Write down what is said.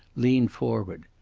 leaned forward.